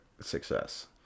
success